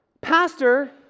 pastor